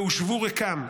והושבו ריקם.